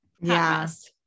Yes